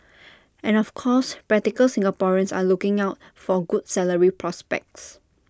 and of course practical Singaporeans are looking out for good salary prospects